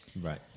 right